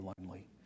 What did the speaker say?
lonely